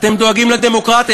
אתם דואגים לדמוקרטיה.